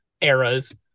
eras